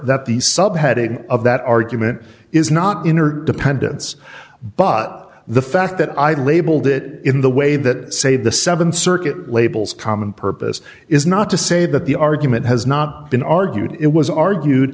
that the subheading of that argument is not in our dependence but the fact that i labelled it in the way that say the seven circuit labels common purpose is not to say that the argument has not been argued it was argued